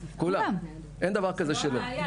אין דבר כזה שלא.